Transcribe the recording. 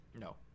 no